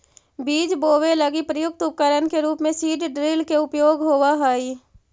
बीज बोवे लगी प्रयुक्त उपकरण के रूप में सीड ड्रिल के उपयोग होवऽ हई